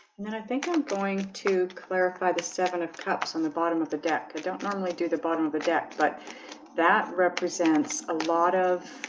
and then i think i'm going to clarify the seven of cups on the bottom of the deck i don't normally do the bottom of the deck, but that represents a lot of